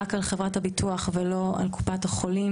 רק על חברת הביטוח ולא על קופת החולים,